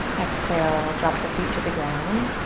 exhale, drop the feet to the ground.